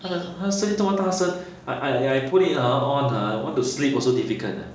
它的它的声音这么大声 I I I put it hor on uh want to sleep also difficult eh